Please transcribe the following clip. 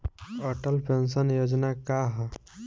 Atal pension Yojana का ह?